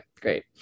great